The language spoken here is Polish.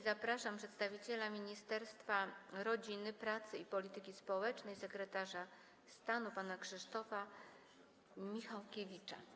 Zapraszam przedstawiciela Ministerstwa Rodziny, Pracy i Polityki Społecznej, sekretarza stanu pana Krzysztofa Michałkiewicza.